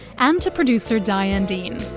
and to producer diane dean.